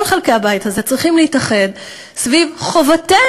כל חלקי הבית הזה צריכים להתאחד סביב חובתנו,